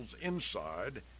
inside